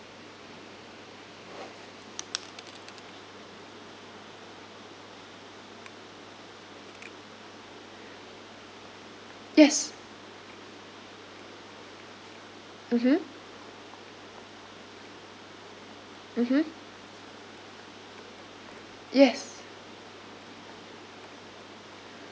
yes mmhmm mmhmm yes